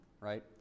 right